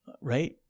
right